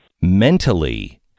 mentally